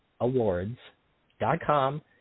Awards.com